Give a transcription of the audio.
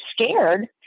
scared